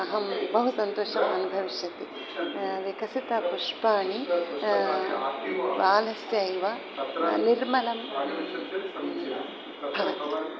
अहं बहुसन्तोषम् अनुभविष्यामि विकसितपुष्पाणि बालस्य इव निर्मलं भवति